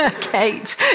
Kate